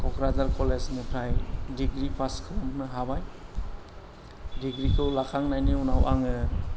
क'क्राझार कलेजनिफ्राय degree pass खालामनो हाबाय डिग्रिखौ लाखांनायनि उनाव आङो